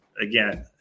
again